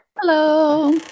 hello